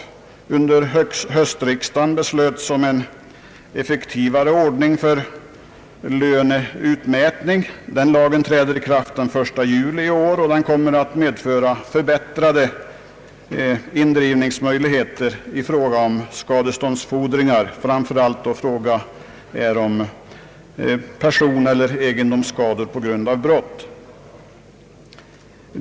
Under höstriksdagen beslöts en effektivare ordning för löneutmätning. Den lagen träder i kraft den 1 juli i år och kommer att medföra förbättrade indrivningsmöjligheter i fråga om skadeståndsfordringar, framför allt då det gäller personeller egendomsskador på grund av brott.